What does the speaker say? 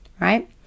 right